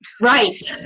Right